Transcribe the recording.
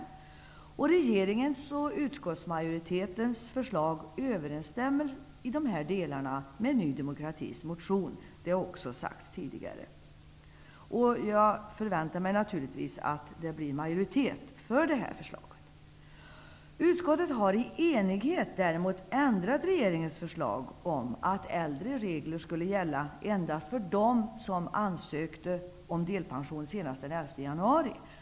Regeringens och utskottsmajoritetens förslag överensstämmer i dessa delar med Ny demokratis motion. Även detta har sagts tidigare. Jag förväntar mig naturligtvis majoritet för detta förslag. Utskottet har däremot i enighet ändrat regeringens förslag om att äldre regler skulle gälla endast för dem som ansökte om delpension senast den 11 januari.